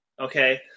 okay